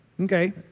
Okay